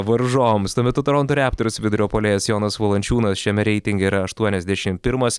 varžovams tuo metu toronto raptors vidurio puolėjas jonas valančiūnas šiame reitinge yra aštuoniasdešim pirmas